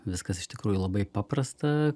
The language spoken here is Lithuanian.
viskas iš tikrųjų labai paprasta